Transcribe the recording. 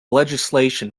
legislation